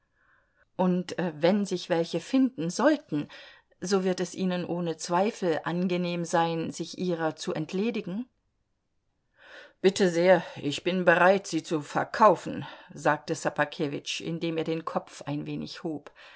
und wenn sich welche finden sollten so wird es ihnen ohne zweifel angenehm sein sich ihrer zu entledigen bitte sehr ich bin bereit sie zu verkaufen sagte ssobakewitsch indem er den kopf ein wenig hob